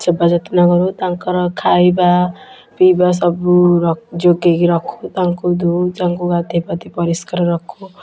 ସେବା ଯତ୍ନ ତାଙ୍କର ଖାଇବା ପିିଇବା ସବୁ ର ଯୋଗେଇ କି ରଖୁ ତାଙ୍କୁ ଧୋଉ ତାଙ୍କୁ ଗାଧେଇପାଧେଇ ପରିଷ୍କାର ରଖୁ